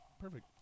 Perfect